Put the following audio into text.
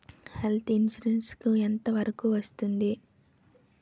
Health insurance ఎంత వరకు వస్తుంది?